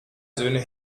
söhne